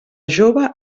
jove